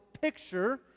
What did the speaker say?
picture